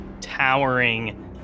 towering